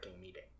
meeting